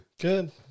good